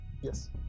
Yes